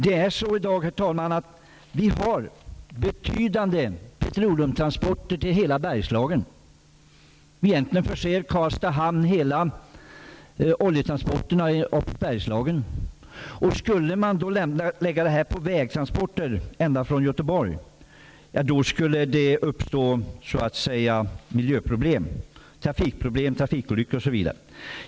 Vi har i dag betydande petroleumtransporter till hela Bergslagen. Egentligen förser Karlstads hamn hela Bergslagen med olja. Skulle man lägga de transporterna på landsväg ända från Göteborg skulle det så att säga uppstå miljöproblem och trafikproblem -- jag tänker på trafikolyckor osv.